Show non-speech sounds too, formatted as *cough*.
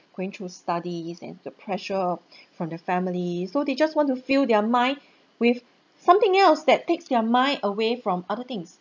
going through studies then the pressure *breath* from their family so they just want to fill their mind *breath* with something else that takes their mind away from other things